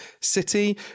city